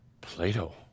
Plato